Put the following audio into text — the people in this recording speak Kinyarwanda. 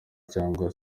cyangwa